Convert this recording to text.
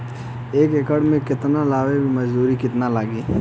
एक एकड़ में केला लगावे में मजदूरी कितना लागी?